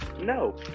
no